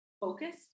focused